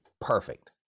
perfect